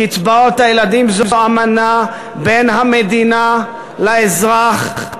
קצבאות הילדים הן אמנה בין המדינה לאזרח,